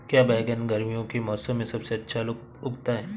क्या बैगन गर्मियों के मौसम में सबसे अच्छा उगता है?